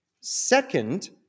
Second